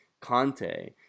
Conte